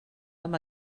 amb